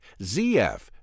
ZF